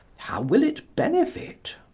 how will it benefit?